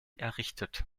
errichtet